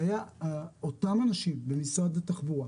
היו אותם אנשים ממשרד התחבורה,